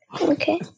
okay